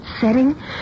setting